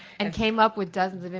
and came up with dozens i mean